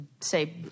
say